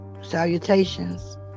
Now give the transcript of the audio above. salutations